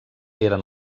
eren